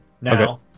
now